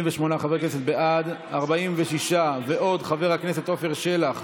28 חברי כנסת בעד, 46, ועוד חבר הכנסת עפר שלח,